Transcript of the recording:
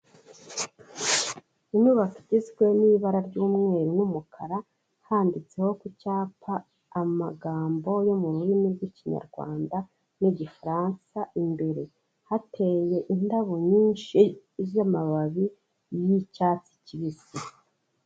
Inyubako igizwe n'ibara ry'umweru n'umukara, handitseho ku cyapa amagambo yo mu rurimi rw'ikinyarwanda n'igifaransa, imbere hateye indabo nyinshi z'amababi y'icyatsi kibisi.